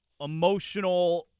emotional